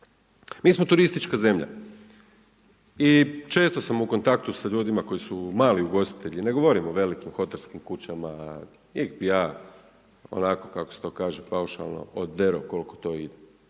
Mi smo turistička zemlja i često sam u kontaktu sa ljudima koji su mali ugostitelji, ne govorim o velikim hotelskim kućama, njih bih ja, onako kako se to kaže paušalno oderao koliko to ide.